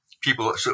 people